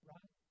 Right